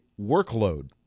workload